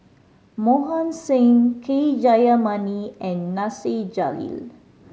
Mohan Singh K Jayamani and Nasir Jalil